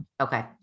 Okay